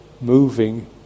moving